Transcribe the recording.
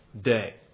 day